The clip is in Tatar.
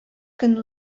көн